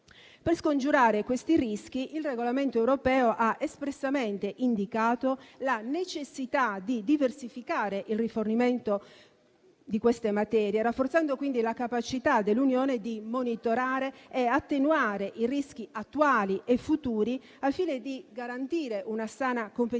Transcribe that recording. Per scongiurare questi rischi, il regolamento europeo ha espressamente indicato la necessità di diversificare il rifornimento di queste materie, rafforzando quindi la capacità dell'Unione di monitorare e attenuare i rischi attuali e futuri, al fine di garantire una sana competitività